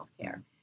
healthcare